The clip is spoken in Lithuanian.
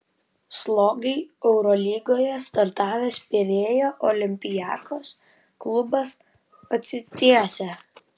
slogiai eurolygoje startavęs pirėjo olympiakos klubas atsitiesia